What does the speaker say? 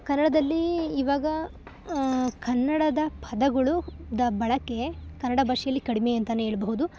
ಕನ್ನಡದಲ್ಲಿ ಇವಾಗ ಕನ್ನಡದ ಪದಗಳು ದ ಬಳಕೆ ಕನ್ನಡ ಭಾಷೆಯಲ್ಲಿ ಕಡಿಮೆ ಅಂತಾ ಹೇಳ್ಬಹುದು